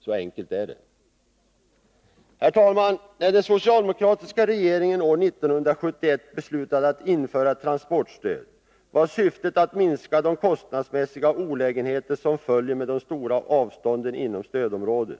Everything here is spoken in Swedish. Så enkelt är det. Herr talman! När den socialdemokratiska regeringen år 1971 beslutade att införa ett transportstöd var syftet att minska de kostnadsmässiga olägenheter som följer med de stora avstånden inom stödområdet.